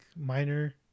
minor